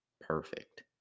Perfect